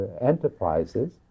enterprises